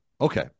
Okay